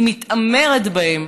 היא מתעמרת בהם.